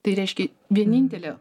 tai reiškia vienintelė